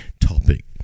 topic